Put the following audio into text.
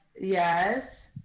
Yes